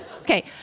Okay